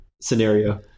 scenario